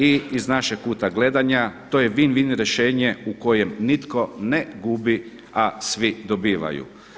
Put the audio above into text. I iz našeg kuta gledanja to je win-win rješenje u kojem nitko ne gubi, a svi dobivaju.